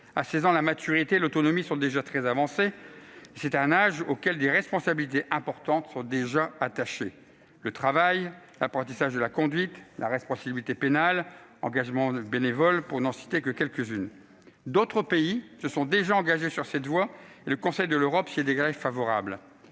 à 16 ans, la maturité et l'autonomie sont déjà très avancées et c'est un âge auquel des responsabilités importantes sont déjà attachées- possibilité de travailler, apprentissage de la conduite, responsabilité pénale, engagement bénévole, etc. D'autres pays se sont déjà engagés sur cette voie et le Conseil de l'Europe s'y déclare favorable.